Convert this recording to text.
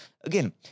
again